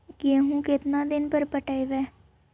गेहूं केतना दिन पर पटइबै?